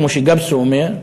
כמו שגפסו אומר,